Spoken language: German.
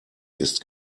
ist